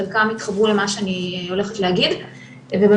חלקם יתחברו למה שאני הולכת להגיד ובאמת,